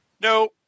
No